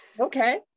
okay